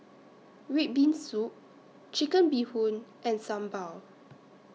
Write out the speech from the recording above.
Red Bean Soup Chicken Bee Hoon and Sambal